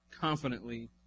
confidently